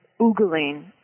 oogling